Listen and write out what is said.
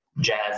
jazz